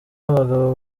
abagabo